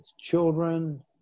children